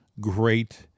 great